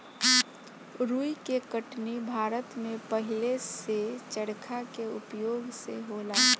रुई के कटनी भारत में पहिलेही से चरखा के उपयोग से होला